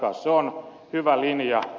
se on hyvä linja